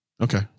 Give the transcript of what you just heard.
okay